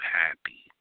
happy